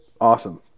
Awesome